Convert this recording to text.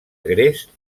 gres